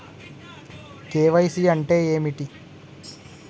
KYC అంటే ఏమిటి?